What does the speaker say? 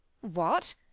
What